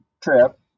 trip